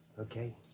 okay